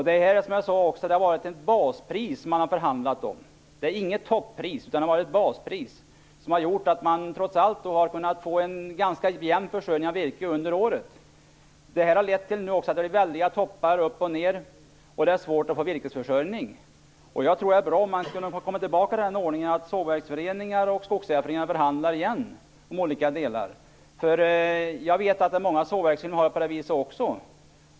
Det har, som jag också sade, varit ett baspris man har förhandlat om. Det är inget toppris, utan ett baspris. Det har inneburit att försörjningen med virke trots allt har kunnat hållas ganska jämn under året. Nuvarande ordning har också lett till att det blir väldiga toppar och dalar och att det är svårt att få virkesförsörjning. Jag tror att det skulle vara bra om man kunde komma tillbaka till den ordningen att sågverksföreningar och skogsägarföreningar förhandlade om olika delar igen. Jag vet att det är många sågverk som har det på det här viset också.